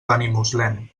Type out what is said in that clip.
benimuslem